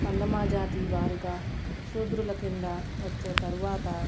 వర్ణామ జాతి వారుగా శూద్రుల కింద వచ్చే తరువాత